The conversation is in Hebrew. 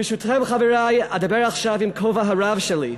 ברשותכם, חברי, אדבר עכשיו עם כובע הרב שלי,